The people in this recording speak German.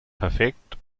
perfekt